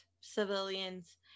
civilians